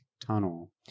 tunnel